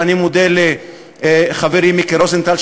ואני מודה לחברי מיקי רוזנטל,